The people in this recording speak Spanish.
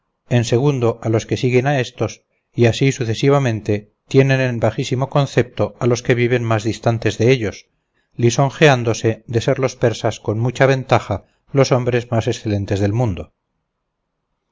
el segundo a los que siguen a éstos y así sucesivamente tienen en bajísimo concepto a los que viven más distantes de ellos lisonjeándose de ser los persas con mucha ventaja los hombres más excelentes del mundo